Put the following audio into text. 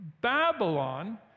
Babylon